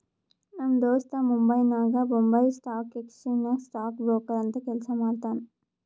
ನಮ್ ದೋಸ್ತ ಮುಂಬೈನಾಗ್ ಬೊಂಬೈ ಸ್ಟಾಕ್ ಎಕ್ಸ್ಚೇಂಜ್ ನಾಗ್ ಸ್ಟಾಕ್ ಬ್ರೋಕರ್ ಅಂತ್ ಕೆಲ್ಸಾ ಮಾಡ್ತಾನ್